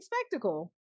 spectacle